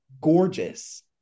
gorgeous